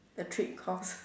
the trip costs